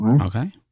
Okay